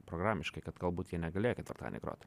programiškai kad galbūt jie negalėjo ketvirtadienį grot